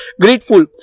grateful